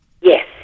Yes